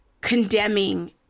condemning